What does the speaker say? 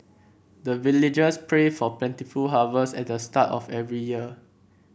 the villagers pray for plentiful harvest at the start of every year